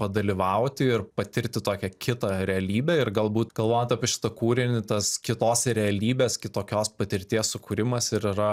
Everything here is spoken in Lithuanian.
padalyvauti ir patirti tokią kitą realybę ir galbūt galvot apie šitą kūrinį tas kitos realybės kitokios patirties sukūrimas ir yra